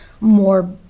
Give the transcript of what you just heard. more